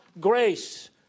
grace